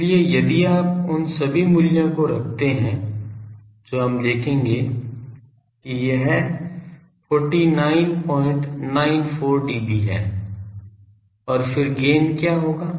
इसलिए यदि आप उन सभी मूल्यों को रखते हैं जो हम देखेंगे कि यह 4994 dB है और फिर गेन क्या होगा